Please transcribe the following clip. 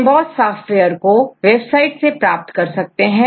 EMBOSS software को website से प्राप्त कर सकते हैं